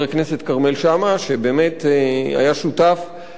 שבאמת היה שותף במאבק,